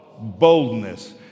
boldness